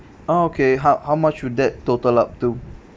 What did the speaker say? ah okay how how much would that total up to